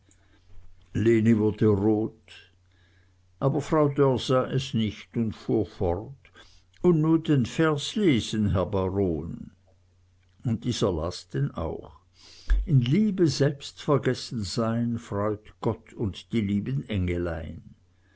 rot aber frau dörr sah es nicht und fuhr fort und nu den vers lesen herr baron und dieser las denn auch in liebe selbstvergessen sein freut gott und die lieben engelein